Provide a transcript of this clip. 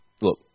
look